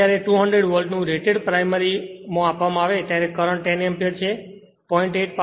હવે જ્યારે 200 વોલ્ટનું રેટેડ વોલ્ટેજ પ્રાઇમરી માં આપવામાં આવે ત્યારે કરંટ 10 એમ્પીયર 0